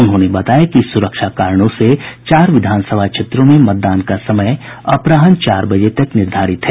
उन्होंने बताया कि सुरक्षा कारणों से चार विधानसभा क्षेत्रों में मतदान का समय अपराहन चार बजे तक निर्धारित है